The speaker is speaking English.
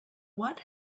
what